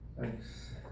thanks